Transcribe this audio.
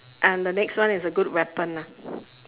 and the next one is a good weapon ah